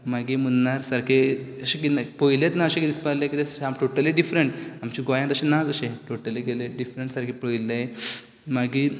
मागीर मुन्नार सारकें अशें पयलेंत ना अशें कितें दिसपा लागलें की साम टोटली डिफ्रंट आमच्या गोंयांत तशें ना तशें टोटली गेलें डिफ्रंट सारकें पळयल्लें मागीर